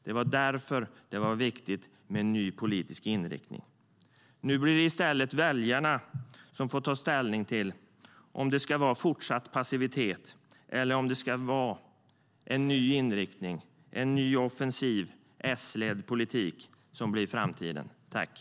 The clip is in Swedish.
Det var därför det var viktigt med en ny politisk inriktning.